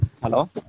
Hello